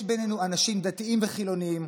יש בינינו אנשים דתיים וחילונים,